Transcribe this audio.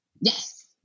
Yes